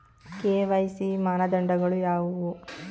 KYC ಮಾನದಂಡಗಳು ಯಾವುವು?